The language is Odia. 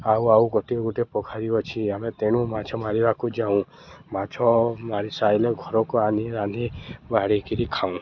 ଆଉ ଆଉ ଗୋଟିଏ ଗୋଟେ ପୋଖାରୀ ଅଛି ଆମେ ତେଣୁ ମାଛ ମାରିବାକୁ ଯାଉ ମାଛ ମାରି ସାରିଲେ ଘରକୁ ଆଣି ରାନ୍ଧି ବାଡ଼ିକିରି ଖାଉ